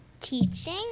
teaching